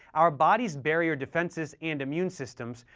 our bodies' barrier defenses and immune systems,